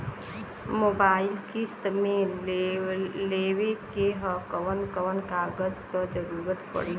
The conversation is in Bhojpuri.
मोबाइल किस्त मे लेवे के ह कवन कवन कागज क जरुरत पड़ी?